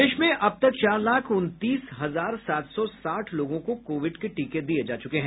प्रदेश में अब तक चार लाख उनतीस हजार सात सौ साठ लोगों को कोविड के टीके दिये जा चुके हैं